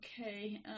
okay